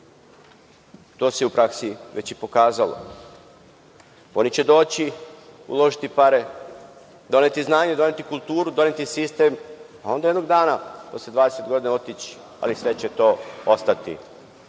To se u praksi već i pokazalo. Oni će doći, uložiti pare, doneti znanje, doneti kulturu, doneti sistem, a onda jednog dana, posle 20 godina otići, ali sve će to ostati.